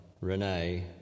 Renee